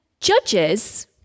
judges